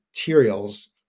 materials